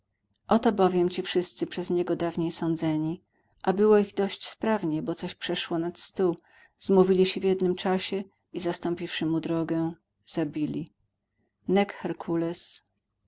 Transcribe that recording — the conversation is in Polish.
oto bowiem ci wszyscy przez niego dawniej sądzeni a było ich dość sprawnie bo coś przeszło nad stu zmówili się w jednym czasie i zastąpiwszy mu drogę zabili nec